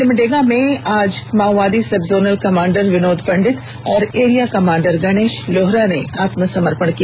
सिमडेगा में आज माओवादी सबजोनल कमांडर विनोद पंडित और एरिया कमांडर गणेश लोहरा ने आत्मसमर्पण किया